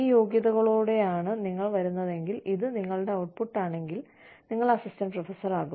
ഈ യോഗ്യതകളോടെയാണ് നിങ്ങൾ വരുന്നതെങ്കിൽ ഇത് നിങ്ങളുടെ ഔട്ട്പുട്ട് ആണെങ്കിൽ നിങ്ങൾ അസിസ്റ്റന്റ് പ്രൊഫസറാകും